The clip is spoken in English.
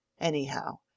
anyhow